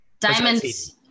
Diamond's